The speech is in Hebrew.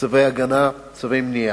צווי הגנה, צווי מניעה.